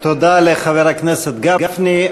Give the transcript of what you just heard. תודה לחבר הכנסת גפני.